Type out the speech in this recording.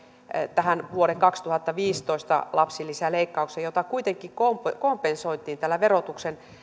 tähän vuoden kaksituhattaviisitoista lapsilisäleikkaukseen jota kuitenkin kompensoitiin tällä verotuksen